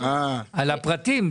על הפרטים,